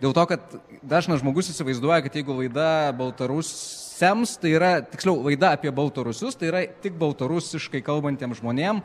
dėl to kad dažnas žmogus įsivaizduoja kad jeigu laida baltarusiams tai yra tiksliau laida apie baltarusius tai yra tik baltarusiškai kalbantiem žmonėm